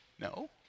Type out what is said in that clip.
No